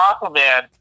Aquaman